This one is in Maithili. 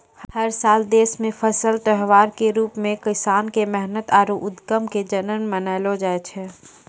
हर साल देश मॅ फसल त्योहार के रूप मॅ किसान के मेहनत आरो उद्यम के जश्न मनैलो जाय छै